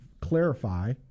clarify